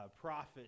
prophet